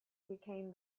became